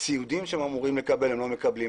ציוד שהם אמורים לקבל והם לא מקבלים,